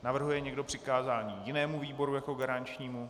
Navrhuje někdo přikázání jinému výboru jako garančnímu?